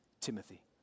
Timothy